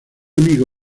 amiga